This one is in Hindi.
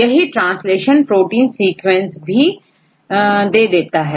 यही ट्रांसलेशन प्रोटीन सीक्वेंस भी देता है